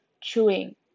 chewing